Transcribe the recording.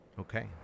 Okay